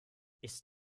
ist